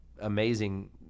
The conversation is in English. amazing